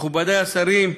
מכובדי השרים,